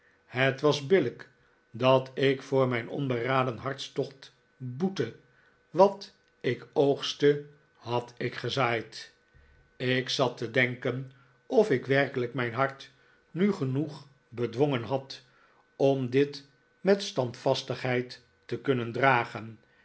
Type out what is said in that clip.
het was billijk dat ik voor mijn onberaden hartstocht boette wat ik oogstte had ik gezaaid ik zat te denken of ik werkelijk mijn hart nu genoeg bedwongen had om dit met standvastigheid te kunnen dragen